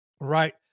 right